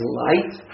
light